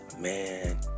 man